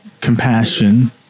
compassion